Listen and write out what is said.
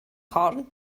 corn